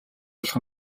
олох